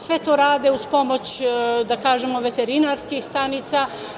Sve to rade uz pomoć, da kažemo, veterinarskih stanica.